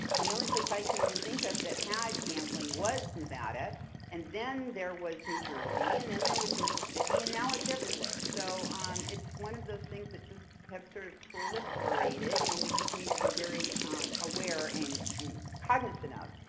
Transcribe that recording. and the only place i can think of that had gambling was nevada and then there was new jersey and then there was mississippi and now it's everywhere, so it's one of those things that just have sort of proliferated and we just need to be very aware and cognizant of.